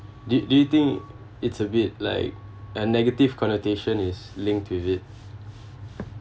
do you do you think it's a bit like a negative connotation is linked with it